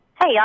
Hey